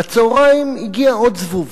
בצהריים הגיע עוד זבוב.